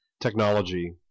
Technology